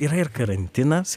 yra ir karantinas